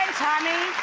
tommy,